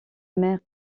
mère